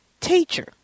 teacher